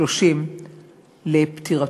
שלושים לפטירתו.